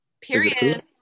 period